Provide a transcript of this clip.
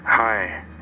Hi